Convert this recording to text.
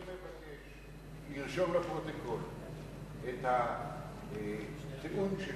אני מבקש לרשום בפרוטוקול את הטיעון שלי